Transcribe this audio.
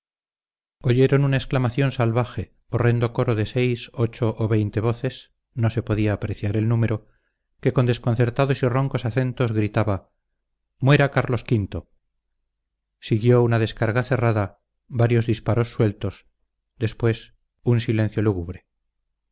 oyeron una exclamación salvaje horrendo coro de seis ocho o veinte voces no se podía apreciar el número que con desconcertados y roncos acentos gritaba muera carlos v siguió una descarga cerrada varios disparos sueltos después un silencio lúgubre